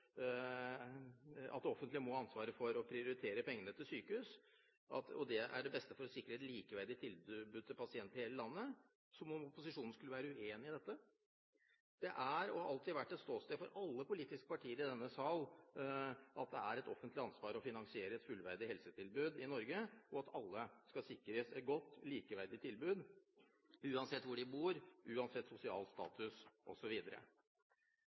å prioritere pengene til sykehus, og at det er det beste for å sikre et likeverdig tilbud til pasienter i hele landet – som om opposisjonen skulle være uenig i dette. Det er og har alltid vært et ståsted for alle politiske partier i denne sal at det er et offentlig ansvar å finansiere et fullverdig helsetilbud i Norge, og at alle skal sikres et godt, likeverdig tilbud uansett hvor de bor, sosial status,